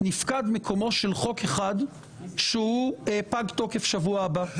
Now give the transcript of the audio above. נפקד מקומו של חוק אחד שהוא פג תוקף בשבוע הבא,